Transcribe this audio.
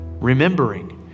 Remembering